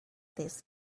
this